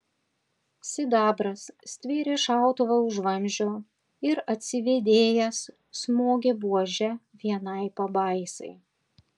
sidabras stvėrė šautuvą už vamzdžio ir atsivėdėjęs smogė buože vienai pabaisai